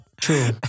True